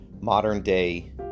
modern-day